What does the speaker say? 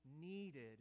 needed